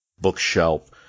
bookshelf